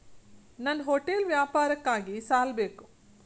ನನ್ನ ಹೋಟೆಲ್ ವ್ಯಾಪಾರಕ್ಕಾಗಿ ಸಾಲ ಬೇಕು